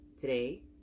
Today